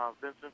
Vincent